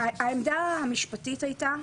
העמדה המשפטית הייתה,